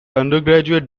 undergraduate